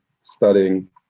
studying